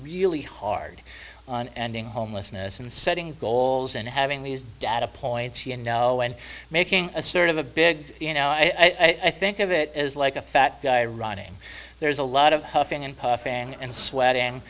really hard on ending homelessness and setting goals and having these data points you know and making a sort of a big you know i think of it as like a fat guy running there's a lot of huffing and puffing and sweat